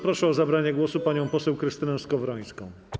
Proszę o zabranie głosu panią poseł Krystynę Skowrońską.